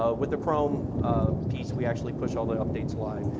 ah with the chrome ah piece we actually push all the updates live,